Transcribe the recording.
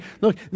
look